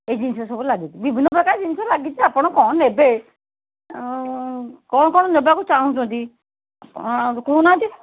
ଏଇ ଜିନିଷ ସବୁ ଲାଗିଛି ବିଭିନ୍ନ ପ୍ରକାର ଜିନିଷ ସବୁ ଲାଗିଛି ଆପଣ କ'ଣ ନେବେ କ'ଣ କ'ଣ ନେବାକୁ ଚାହୁଁଛନ୍ତି କ'ଣ କହୁନାହାଁନ୍ତି